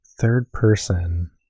Third-person